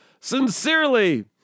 sincerely